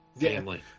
family